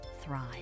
thrive